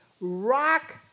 rock